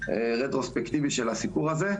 רטרוספקטיבי של זה.